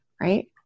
right